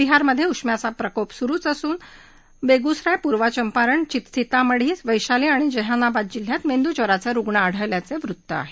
बिहारमधे उष्म्याचा प्रकोप सुरुच असून बेगुसराय पूर्वचंपारण सीतामढी वैशाली आणि जिहानाबाद जिल्ह्यात मेंदूज्वराचे रुग्ण आढळल्याचं वृत्त आहे